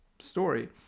story